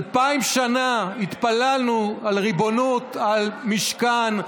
אלפיים שנה התפללנו על ריבונות, על משכן,